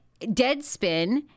Deadspin